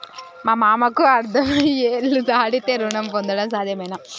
మా మామకు అరవై ఏళ్లు దాటితే రుణం పొందడం సాధ్యమేనా?